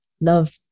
love